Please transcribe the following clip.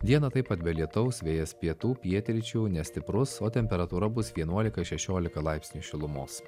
dieną taip pat be lietaus vėjas pietų pietryčių nestiprus o temperatūra bus vienuolika šešiolika laipsnių šilumos